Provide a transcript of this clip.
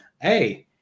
hey